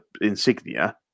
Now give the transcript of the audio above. insignia